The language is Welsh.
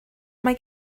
mae